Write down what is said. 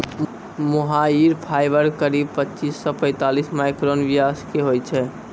मोहायिर fibre करीब पच्चीस सॅ पैतालिस माइक्रोन व्यास के होय छै